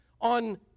on